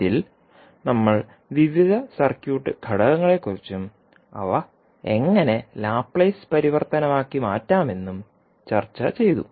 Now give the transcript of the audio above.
ഇതിൽ നമ്മൾ വിവിധ സർക്യൂട്ട് ഘടകങ്ങളെക്കുറിച്ചും അവ എങ്ങനെ ലാപ്ലേസ് പരിവർത്തനമാക്കി മാറ്റാമെന്നും ചർച്ചചെയ്തു